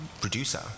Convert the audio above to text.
producer